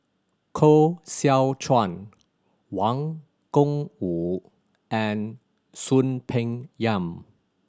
Koh Seow Chuan Wang Gungwu and Soon Peng Yam